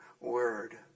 word